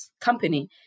company